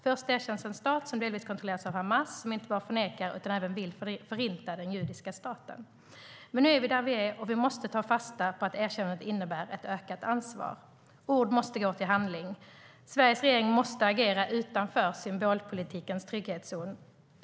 Först erkändes en stat som delvis kontrolleras av Hamas, som inte bara förnekar utan även vill förinta den judiska staten. Men nu är vi där vi är, och vi måste ta fasta på att erkännandet innebär ett ökat ansvar. Ord måste gå till handling. Sveriges regering måste agera utanför symbolpolitikens trygghetszon.